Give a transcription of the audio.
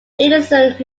innocent